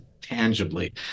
tangibly